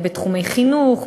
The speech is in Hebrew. בתחומי חינוך,